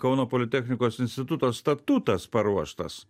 kauno politechnikos instituto statutas paruoštas